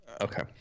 Okay